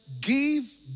give